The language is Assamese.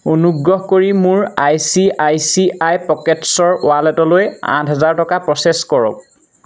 অনুগ্ৰহ কৰি মোৰ I C I C I পকেটছ্ৰ ৱালেটলৈ আঠ হাজাৰ টকা প্ৰ'চেছ কৰক